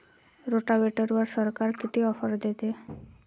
रोटावेटरवर सरकार किती ऑफर देतं?